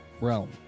realm